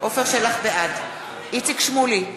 בעד איציק שמולי,